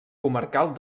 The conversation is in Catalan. comarcal